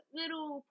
little